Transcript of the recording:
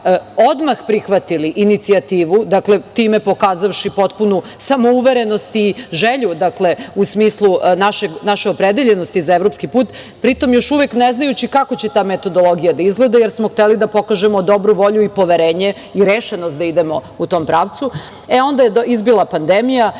odmah prihvatili inicijativu, time pokazavši potpunu samouverenost i želju u smislu naše opredeljenosti za evropski put, pritom još uvek neznajući kako će ta metodologija da izgleda, jer smo hteli da pokažemo dobru volju i poverenje i rešenost da idemo u tom pravcu. Onda je izbila pandemija